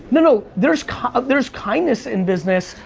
no. there's kind of there's kindness in business,